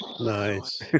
Nice